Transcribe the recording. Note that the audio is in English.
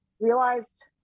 realized